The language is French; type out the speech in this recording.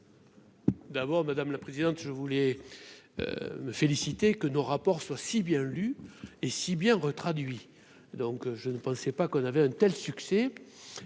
D'abord, madame la présidente, je voulais me féliciter que nos rapports si bien lu et si bien retraduit donc je ne pensais pas qu'on avait un tel succès